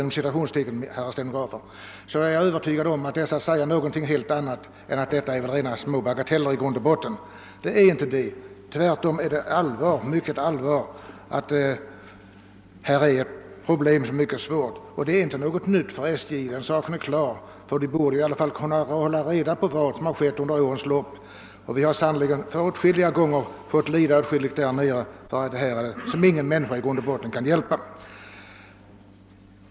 Det är alls inte några bagatellartade händelser utan tvärtom mycket svåra situationer. Inte heller är detta något nytt för SJ. Man tycker ju ändå att vederbörande på SJ borde kunna hålla reda på vad som i det fallet har hänt under årens lopp. Vi har åtskilliga gånger fått lida av detta nere hos oss — för sådant som ingen människa kan hjälpa.